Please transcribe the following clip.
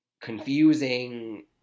confusing